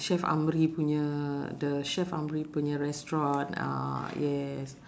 chef amri punya the chef amri punya restaurant a'ah yes